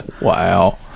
Wow